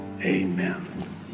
Amen